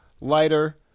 lighter